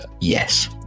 Yes